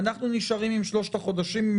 אנחנו נשארים עם שלושת החודשים,